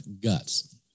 guts